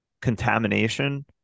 contamination